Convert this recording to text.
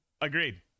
Agreed